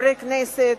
חברי הכנסת,